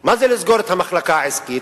מה זה לסגור את המחלקה העסקית?